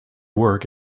work